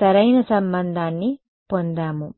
సరైన సంబంధాన్ని పొందాము